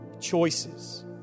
choices